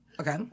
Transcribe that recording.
Okay